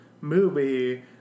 movie